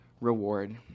reward